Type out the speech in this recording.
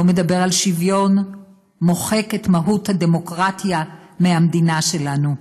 לא מדבר על שוויון ומוחק את מהות הדמוקרטיה מהמדינה שלנו.